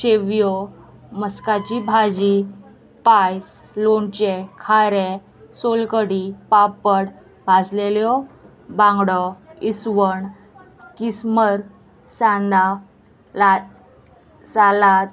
शेवयो मस्काची भाजी पायस लोणचे खारे सोलकडी पापड भाजलेल्यो बांगडो इसवण किस्मर सांदा ला सालाद